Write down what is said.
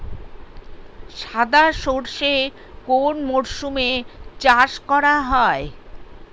সাদা সর্ষে কোন মরশুমে চাষ করা হয়?